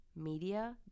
media